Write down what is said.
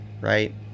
right